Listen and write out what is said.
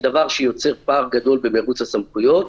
זה דבר שיוצר פער גדול במרוץ הסמכויות